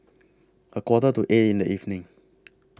A Quarter to eight in The evening